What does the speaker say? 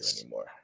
anymore